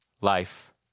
life